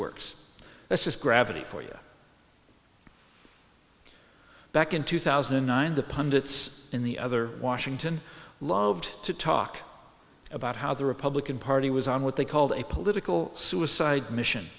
works that's just gravity for you back in two thousand and nine the pundits in the other washington loved to talk about how the republican party was on what they called a political suicide mission